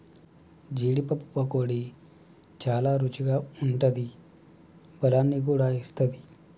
జీడీ పప్పు పకోడీ చాల రుచిగా ఉంటాది బలాన్ని కూడా ఇస్తది